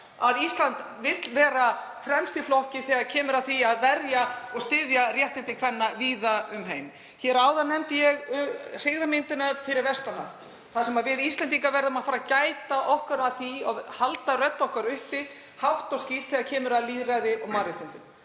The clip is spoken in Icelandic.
að Ísland vill vera fremst í flokki þegar kemur að því að verja og styðja réttindi kvenna víða um heim. Hér áðan nefndi ég hryggðarmyndina fyrir vestan haf. Við Íslendingar verðum að fara að gæta okkar á því að halda rödd okkar uppi hátt og skýrt þegar kemur að lýðræði og mannréttindum.